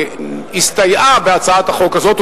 הסתייעה בהצעת החוק הזאת,